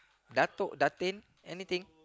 datuk datin anything